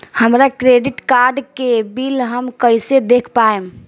हमरा credit card के bill हम कइसे देख पाएम?